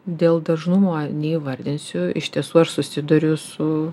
dėl dažnumo neįvardinsiu iš tiesų aš susiduriu su